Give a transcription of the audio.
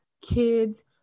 kids